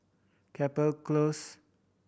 Chapel Close